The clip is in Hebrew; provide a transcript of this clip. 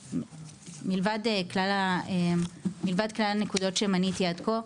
מלבד כלל הנקודות שמניתי עד כה,